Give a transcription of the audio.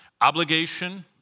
obligation